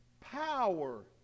power